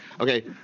okay